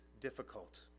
difficult